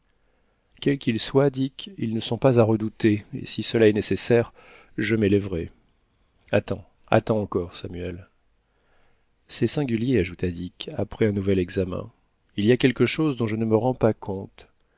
quels qu'ils soient dick ils ne sont pas à redouter et si cela est nécessaire je m'élèverai attends attends encore samuel c'est singulier ajouta dick après un nouvel examen il y a quelque chose dont je ne me rends pas compte